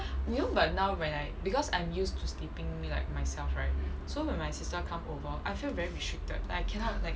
you know but now when I because I'm used to sleeping like myself right so when my sister come over I feel very restricted like I cannot like